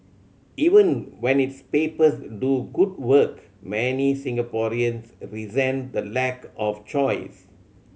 even when its papers do good work many Singaporeans resent the lack of choice